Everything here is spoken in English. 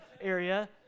area